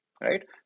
right